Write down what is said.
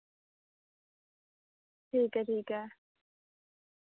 ठीक ऐ ठीक ऐ